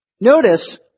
Notice